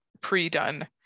pre-done